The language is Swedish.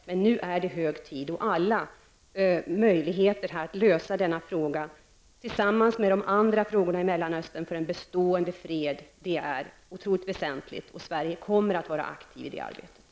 Men nu är det hög tid, och alla möjligheter måste utnyttjas att lösa denna fråga, tillsammans med de andra frågor som har att göra med bestående fred i Mellanöstern. Det är otroligt väsentligt, och Sverige kommer att vara aktivt i det arbetet.